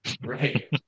Right